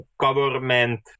government